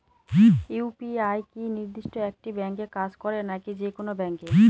UPI কি নির্দিষ্ট একটি ব্যাংকে কাজ করে নাকি যে কোনো ব্যাংকে?